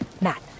Matt